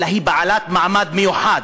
אלא היא בעלת מעמד מיוחד.